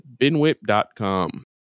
binwhip.com